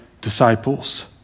disciples